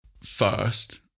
first